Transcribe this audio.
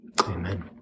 Amen